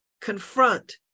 confront